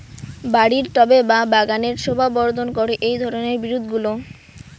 বাড়ির টবে বা বাগানের শোভাবর্ধন করে এই ধরণের বিরুৎগুলো